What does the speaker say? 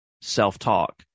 self-talk